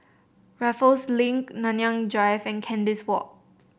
Raffles Link Nanyang Drive and Kandis Walk